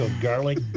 garlic